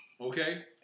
Okay